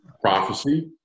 Prophecy